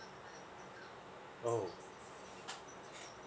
oh